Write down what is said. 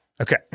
Okay